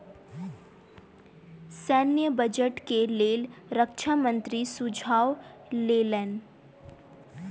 सैन्य बजट के लेल रक्षा मंत्री सुझाव लेलैन